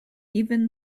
even